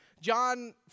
John